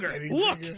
Look